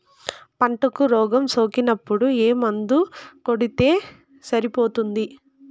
పంటకు రోగం సోకినపుడు ఏ మందు కొడితే సరిపోతుంది?